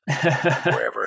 wherever